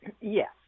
yes